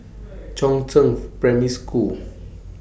Chongzheng Primary School